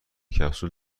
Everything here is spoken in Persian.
کپسول